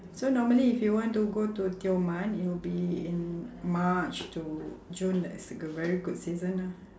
so normally if you want to go to tioman it'll be in march to june that's a goo~ very good season ah